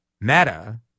Meta